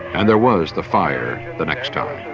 and there was the fire the next time,